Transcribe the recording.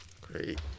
Great